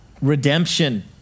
redemption